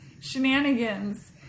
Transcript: shenanigans